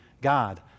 God